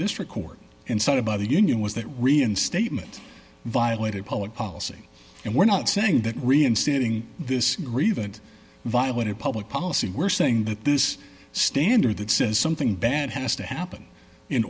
district court instead of by the union was that reinstatement violated public policy and we're not saying that reinstating this grave it violated public policy we're saying that this standard that says something bad has to happen in